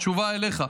תשובה אליך.